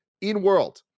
in-world –